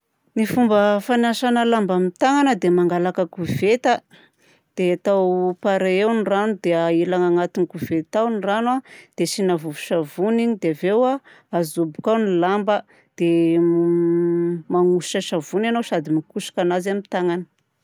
Ny fomba fanasagna lamba amin'ny tagnana dia mangalaka koveta dia atao pare eo ny rano dia ahilana anaty koveta ao ny rano a dia asiana vovon-tsavony igny dia avy eo a azoboka ao ny lamba, dia m manosotra savony ianao sady mikosoka anazy amin'ny tagnana.